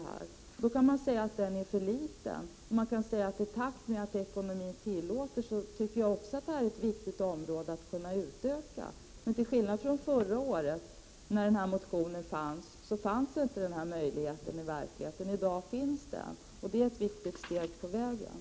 Man kan säga att den är för liten, och man kan säga att detta är ett viktigt område att utöka i takt med att ekonomin tillåter. Förra året, då denna motion väcktes, fanns inte denna möjlighet. I dag finns den. Det är ett viktigt steg på vägen.